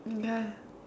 ya